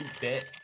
bit